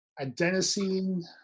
Adenosine